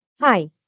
Hi